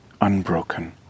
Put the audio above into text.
unbroken